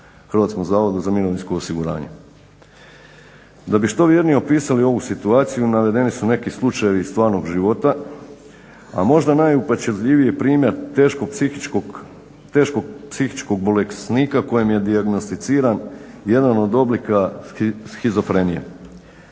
Hrvatskom zavodu za mirovinsko osiguranje. Da bi što vjernije opisali ovu situaciju navedeni su neki slučajevi iz stvarnog života, a možda najupečatljiviji primjer teškog psihičkog bolesnika kojem je dijagnosticiran jedan od oblika šizofrenije.